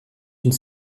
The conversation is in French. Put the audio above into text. une